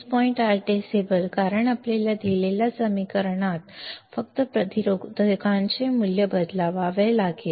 8 decibel कारण आपल्याला दिलेल्या समीकरणात फक्त प्रतिरोधकांचे मूल्य बदलावे लागेल